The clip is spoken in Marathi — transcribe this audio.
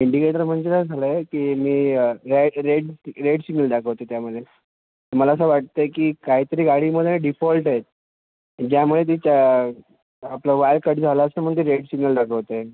इंडिकेटर र म्हणजे काय झालं आहे की मी आहे रे रेड रेड सिग्नल दाखवते त्यामध्ये मला असं वाटतं आहे की काय तरी गाडीमध्ये डिफॉल्ट आहे ज्यामुळे तिच्या आपलं वायर कट झालं असेल म्हणून ती रेड सिग्नल दाखवते